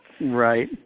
Right